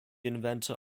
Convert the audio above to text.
inventor